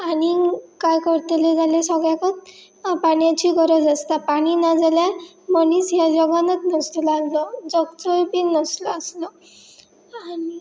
आनीक कांय करतलें जाल्यार सगळ्याकच पानयची गरज आसता पाणी ना जाल्यार मनीस ह्या जगानच नासलो आसलो जगचोय बीन नसलो आसलो आनी